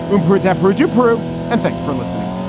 room for a desperate new brew. and thanks for listening